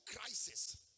crisis